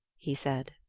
he said.